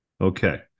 Okay